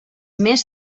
més